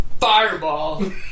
Fireball